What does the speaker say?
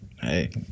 Hey